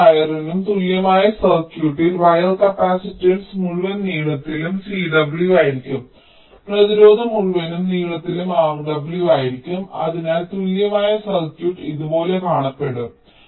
മുഴുവൻ വയറിനും തുല്യമായ സർക്യൂട്ടിൽ വയർ കപ്പാസിറ്റൻസ് മുഴുവൻ നീളത്തിലും Cw ആയിരിക്കും പ്രതിരോധം മുഴുവൻ നീളത്തിലും Rw ആയിരിക്കും അതിനാൽ തുല്യമായ സർക്യൂട്ട് ഇതുപോലെ കാണപ്പെടും